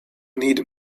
need